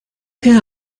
hear